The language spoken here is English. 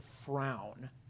frown